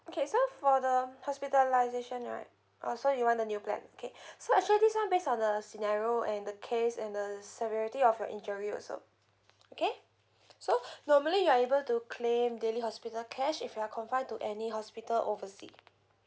okay so for the hospitalization right uh so you want the new plan okay so actually this one based on the scenario and the case and the severity of your injury also okay so normally you're able to claim daily hospital cash if you're confined to any hospital oversea